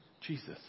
Jesus